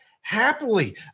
happily